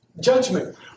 judgment